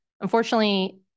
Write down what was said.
Unfortunately